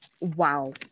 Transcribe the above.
Wow